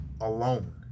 alone